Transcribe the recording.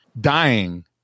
dying